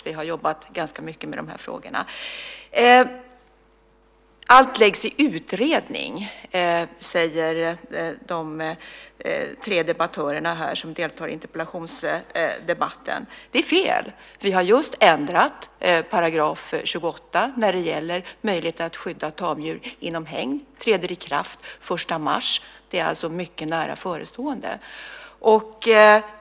Vi har jobbat ganska mycket med de här frågorna. Allt läggs i utredning, säger de tre debattörer som deltar i interpellationsdebatten. Det är fel. Vi har just ändrat § 28 när det gäller möjlighet att skydda tamdjur inom hägn. Det träder i kraft den 1 mars. Det är alltså mycket nära förestående.